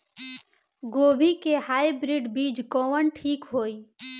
गोभी के हाईब्रिड बीज कवन ठीक होई?